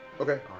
Okay